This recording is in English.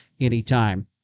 anytime